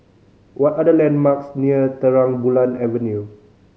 what are the landmarks near Terang Bulan Avenue